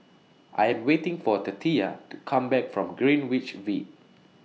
I Am waiting For Tatia to Come Back from Greenwich V